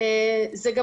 כמובן, זה גם